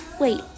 wait